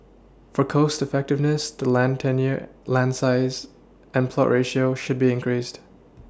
for cost effectiveness the land tenure land size and plot ratio should be increased